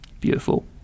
Beautiful